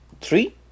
three